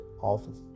office